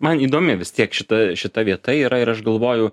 man įdomi vis tiek šita šita vieta yra ir aš galvoju